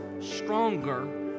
stronger